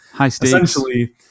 essentially